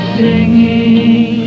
singing